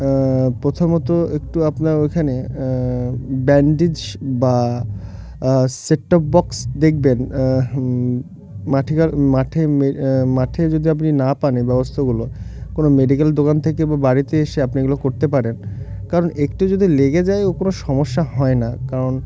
প্রথমত একটু আপনার ওইখানে ব্যান্ডেজ বা সেট টপ বক্স দেখবেন মাঠে গ মাঠে মাঠে যদি আপনি না পান এই ব্যবস্থাগুলো কোনো মেডিকেল দোকান থেকে বা বাড়িতে এসে আপনি এগুলো করতে পারেন কারণ একটু যদি লেগে যায় ও কোনো সমস্যা হয় না কারণ